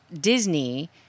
Disney